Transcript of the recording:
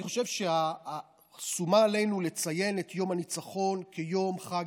אני חושב ששומה עלינו לציין את יום הניצחון כיום חג